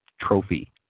trophy